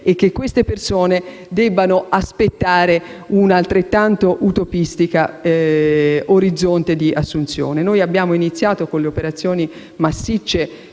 e che queste persone debbano aspettare un altrettanto utopistico orizzonte di assunzione. Con le operazioni massicce